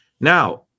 Now